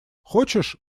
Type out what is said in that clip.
хочешь